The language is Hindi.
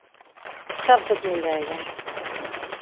सब कुछ मिल जाएगा